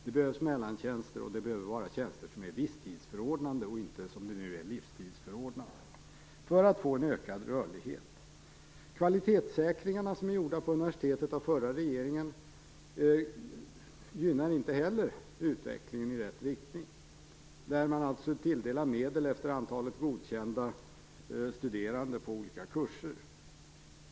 Det behövs mellantjänster, och för att få en ökad rörlighet behöver det vara tjänster som är visstidsförordnanden och inte som det nu är livstidsförordnanden. Kvalitetssäkringarna som är gjorda på universitetet av förra regeringen gynnar inte heller utvecklingen i rätt riktning. Man tilldelar alltså medel efter antalet godkända studerande på olika kurser.